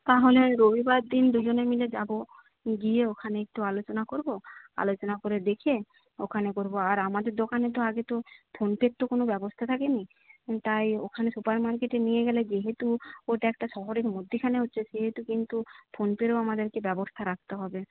তাহলে রবিবার দিন দুজনে মিলে যাব গিয়ে ওখানে একটু আলোচনা করব আলোচনা করে দেখে ওখানে করব আর আমাদের দোকানে তো আগে তো ফোনপের তো কোনো ব্যবস্থা থাকেনি তাই ওখানে সুপার মার্কেটে নিয়ে গেলে যেহেতু ওটা একটা শহরের মধ্যিখানে হচ্ছে সেহেতু কিন্তু ফোনপেরও আমাদেরকে ব্যবস্থা রাখতে হবে